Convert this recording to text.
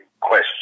question